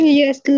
yes